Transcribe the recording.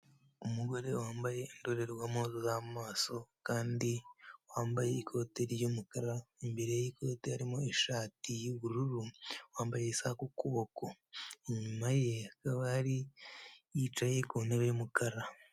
Umugore wambaye indorerwamo z'amaso kandi wambaye ikote ry'umukara imbere y'ikote harimo ishati y'ubururu wambaye isaha k'ukuboko inyuma ye yicaye ku ntebe y'umukara.